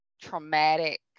traumatic